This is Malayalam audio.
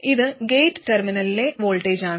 ഇത് ഗേറ്റ് ടെർമിനലിലെ വോൾട്ടേജാണ്